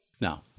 Now